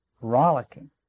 rollicking